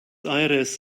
aires